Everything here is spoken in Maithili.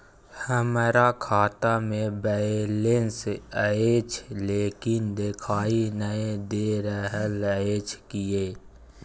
हमरा खाता में बैलेंस अएछ लेकिन देखाई नय दे रहल अएछ, किये?